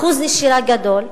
אחוז נשירה גדול,